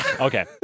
Okay